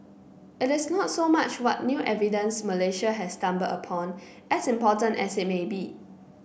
it is not so much what new evidence Malaysia has stumbled upon as important as it may be